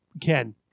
Ken